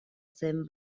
zen